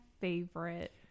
favorite